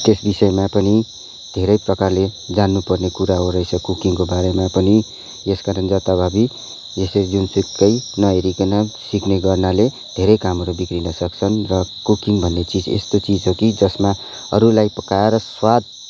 त्यस विषयमा पनि धेरै प्रकारले जान्नु पर्ने कुरा हो रहेछ कुकिङको बारेमा पनि यसकारण जताभावि यसरी जुनसुकै नहेरीकन सिक्ने गर्नाले धेरै कामहरू बिग्रन सक्छन् र कुकिङ भन्ने चिज यस्तो चिज हो कि जसमा अरूलाई पकाएर स्वाद